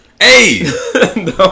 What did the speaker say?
Hey